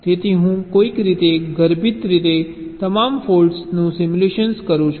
તેથી હું કોઈક રીતે ગર્ભિત રીતે તમામ ફોલ્ટ્સનું સિમ્યુલેટ કરું છું